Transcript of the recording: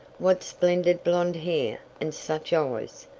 what splendid blond hair, and such eyes!